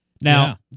Now